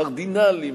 קרדינלי,